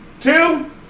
two